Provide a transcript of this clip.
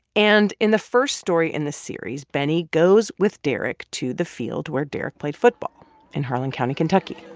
and in the first story in the series, benny goes with derek to the field where derek played football in harlan county, ky and ky